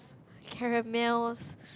caramels